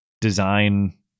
design